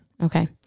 Okay